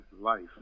life